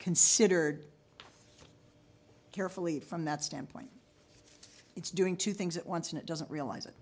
considered carefully from that standpoint it's doing two things at once and it doesn't realize it